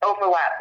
overlap